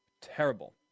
terrible